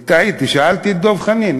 שאלתי את דב חנין.